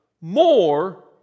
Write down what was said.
more